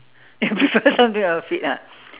you prefer something on your feet ah